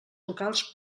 locals